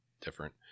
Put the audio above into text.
different